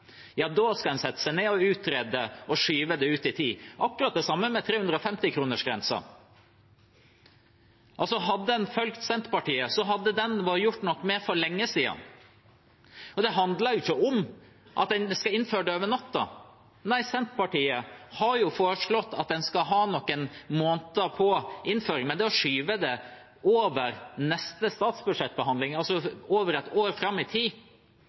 da skal en sette seg ned og utrede og skyve det ut i tid. Det er akkurat det samme med 350-kronersgrensen. Hadde en fulgt Senterpartiet, hadde det blitt gjort noe med den for lenge siden. Og det handler ikke om at en skal innføre det over natta, nei, Senterpartiet har foreslått at en skal ha noen måneder på innføring, men når man skyver det over til neste års statsbudsjettbehandling, altså over ett år fram i tid,